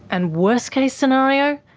and worst case scenario?